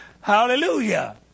Hallelujah